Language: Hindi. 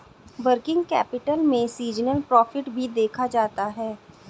वर्किंग कैपिटल में सीजनल प्रॉफिट भी देखा जाता है